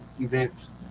events